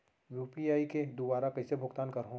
UPI के दुवारा कइसे भुगतान करहों?